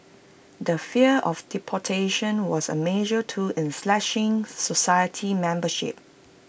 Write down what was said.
the fear of deportation was A major tool in slashing society membership